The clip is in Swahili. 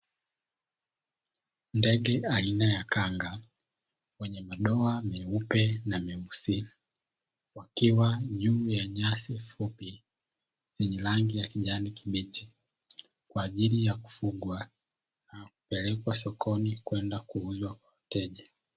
Ndege aina ya kanga wenye madoa meupe na meusi, wakiwa juu ya nyasi fupi zenye rangi ya kijani kibichi, kwa ajili ya kufugwa au kupelekwa sokoni kwenda kuuzwa kwa wateja.